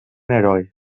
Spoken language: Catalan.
heroi